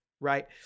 right